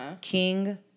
King